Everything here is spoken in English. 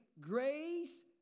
grace